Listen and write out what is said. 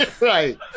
Right